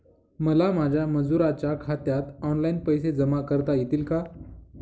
मला माझ्या मजुरांच्या खात्यात ऑनलाइन पैसे जमा करता येतील का?